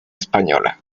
española